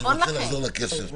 אני רוצה לחזור לכסף.